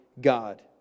God